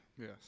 yes